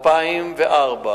פוענחו?